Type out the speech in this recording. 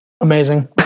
amazing